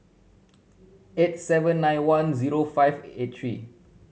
eight seven nine one zero five eight three